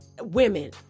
women